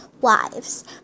wives